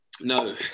No